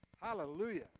Hallelujah